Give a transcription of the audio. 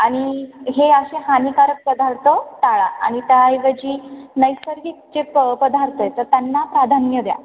आणि हे असे हानीकारक पदार्थ टाळा आणि त्याऐवजी नैसर्गिक जे प पदार्थ आहे तर त्यांना प्राधान्य द्या